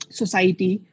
society